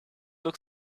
look